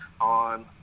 on